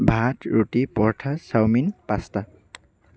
ভাত ৰুটি পৰঠা চাওমিন পাস্তা